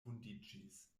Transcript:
vundiĝis